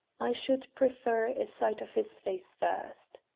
i should prefer a sight of his face first.